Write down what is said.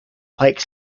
pike